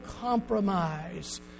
compromise